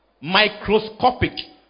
Microscopic